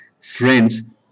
friends